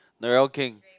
NarelleKheng